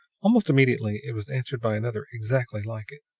almost immediately it was answered by another exactly like it,